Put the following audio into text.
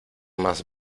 más